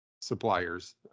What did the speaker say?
suppliers